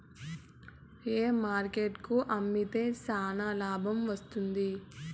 ఏ market కు అమ్మితే చానా లాభం వస్తుంది?